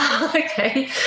Okay